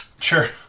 Sure